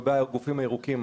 לגבי הגופים הירוקים,